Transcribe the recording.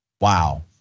wow